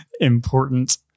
important